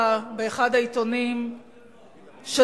היחיד, חבר הכנסת גפני.